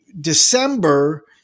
December